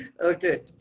okay